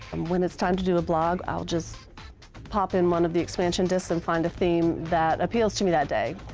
and when it's time to do a blog i'll just pop in one of the expansion disks and find a theme that appeals to me that day.